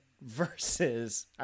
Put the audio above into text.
versus